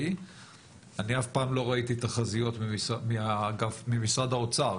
אני אף פעם לא ראיתי תחזיות ממשרד האוצר,